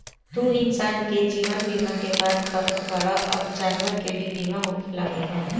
तू इंसान के जीवन बीमा के बात करत बाड़ऽ अब जानवर के भी बीमा होखे लागल बा